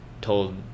told